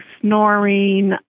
snoring